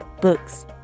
books